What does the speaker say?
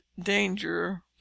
danger